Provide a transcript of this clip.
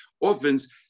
orphans